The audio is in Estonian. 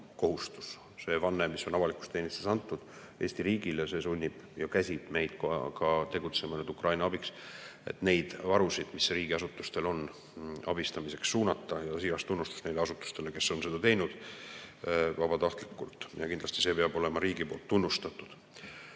see vanne, mis on avalikus teenistuses antud Eesti riigile, käsib meil tegutseda Ukraina abistamiseks, et neid varusid, mis riigiasutustel on, abiks suunata. Ja siiras tunnustus neile asutustele, kes on seda teinud vabatahtlikult. Kindlasti see peab olema riigi poolt tunnustatud.